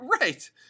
Right